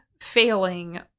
failing